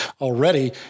already